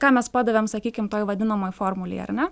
ką mes padavėm sakykim toj vadinamoj formulėj ar ne